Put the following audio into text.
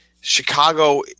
Chicago